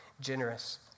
generous